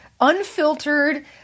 unfiltered